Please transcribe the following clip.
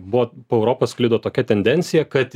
buvo po europą sklido tokia tendencija kad